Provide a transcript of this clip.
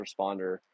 responder